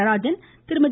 Natarajan Thirumathi